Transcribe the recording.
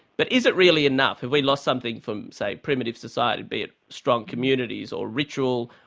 but is it really enough? have we lost something from, say primitive society, be it strong communities, or ritual,